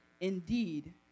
indeed